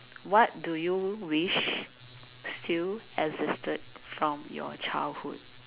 what do you wish still existed from your childhood